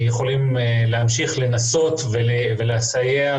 אנחנו נמשיך לנהל את הדיונים האלה.